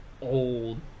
old